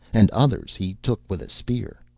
and others he took with a spear.